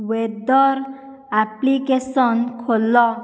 weather application ଖୋଲ